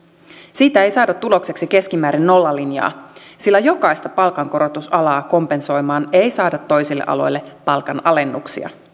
siitä ei saada tulokseksi keskimäärin nollalinjaa sillä jokaista palkankorotusalaa kompensoimaan ei saada toisille aloille palkanalennuksia